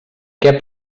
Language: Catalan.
què